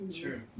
True